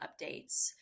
updates